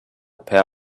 pair